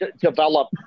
develop